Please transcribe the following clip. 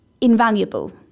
invaluable